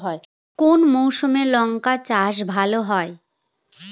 কোন মরশুমে লঙ্কা চাষ ভালো হয়?